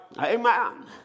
Amen